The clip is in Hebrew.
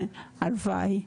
הלוואי.